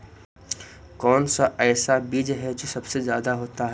कौन सा ऐसा बीज है जो सबसे ज्यादा होता है?